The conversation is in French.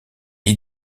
est